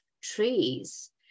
trees